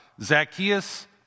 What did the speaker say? Zacchaeus